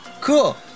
cool